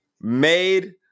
made